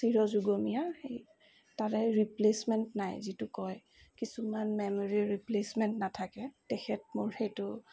চিৰযুগমীয়া সেই তাৰে ৰিপ্লেচমেণ্ট নাই যিটো কয় কিছুমান মেমৰিৰ ৰিপ্লেচমেণ্ট নাথাকে তেখেত মোৰ সেইটো